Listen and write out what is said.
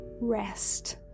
rest